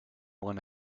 one